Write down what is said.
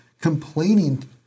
complaining